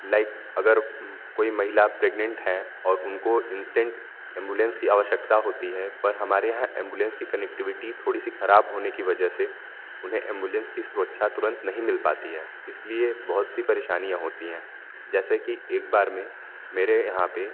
like अगर कोई महिला प्रेग्नेंट है और उनको इंस्टेंट एम्बुलेंस की आवश्यकता होती है पर हमारे यहाँ एम्बुलेंस की कनेक्टिविटी थोड़ी सी ख़राब होने की वजह से उन्हें एम्बुलेंस की सुरक्षा तुरंत नहीं पाती है इसलिए बहुत सी परेशानियाँ होती हैं जैसे कि एक बार में मेरे यहाँ पे